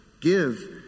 Give